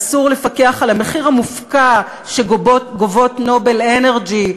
אסור לפקח על המחיר המופקע שגובות "נובל אנרג'י"